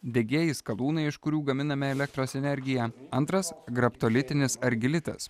degieji skalūnai iš kurių gaminame elektros energiją antras graptolitinis argilitas